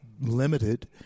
limited